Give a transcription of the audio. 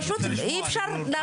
אי אפשר להאמין לזה.